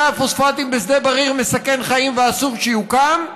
הפוספטים בשדה בריר מסכן חיים ואסור שיוקם,